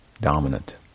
dominant